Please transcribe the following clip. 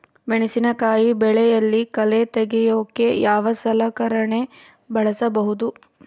ಮೆಣಸಿನಕಾಯಿ ಬೆಳೆಯಲ್ಲಿ ಕಳೆ ತೆಗಿಯೋಕೆ ಯಾವ ಸಲಕರಣೆ ಬಳಸಬಹುದು?